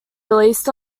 released